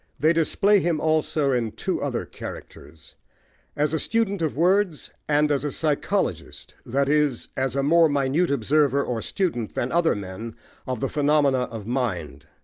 they display him also in two other characters as a student of words, and as a psychologist, that is, as a more minute observer or student than other men of the phenomena of mind.